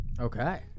Okay